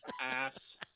Ass